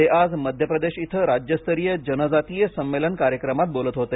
ते आज मध्यप्रदेश इथं राज्यस्तरीय जनजातीय संमेलन कार्यक्रमात ते बोलत होते